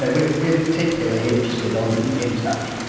but we're we're particularly interested, on in touch,